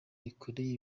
yakoreye